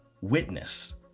witness